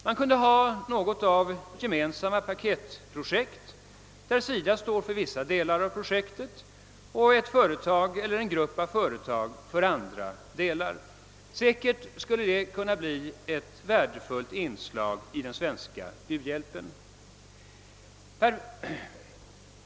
Man kunde ha något av gemensamma paketprojekt, där SIDA står för visa delar av projektet och ett företag eller en grupp av företag för andra delar. Säkert skulle det kunna bli ett värdefullt inslag i den svenska u-hjälpen.